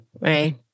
right